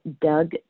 Doug